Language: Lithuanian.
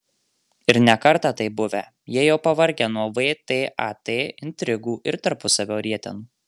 ir ne kartą taip buvę jie jau pavargę nuo vtat intrigų ir tarpusavio rietenų